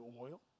oil